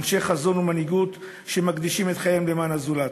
אנשי חזון ומנהיגות שמקדישים את חייהם למען הזולת.